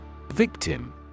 Victim